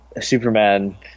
Superman